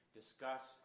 discuss